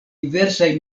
diversaj